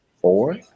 four